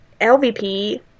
LVP